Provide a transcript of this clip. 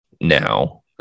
now